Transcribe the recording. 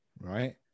right